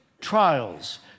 trials